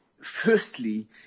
firstly